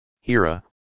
Hira